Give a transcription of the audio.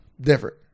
Different